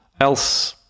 Else